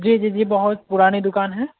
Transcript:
जी जी बहुत पुरानी दुकान है